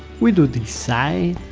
we do this side,